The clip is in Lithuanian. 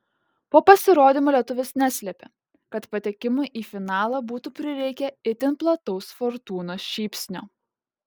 po pasirodymo lietuvis neslėpė kad patekimui į finalą būtų prireikę itin plataus fortūnos šypsnio